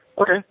Okay